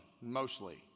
mostly